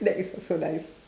that is also nice